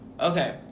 Okay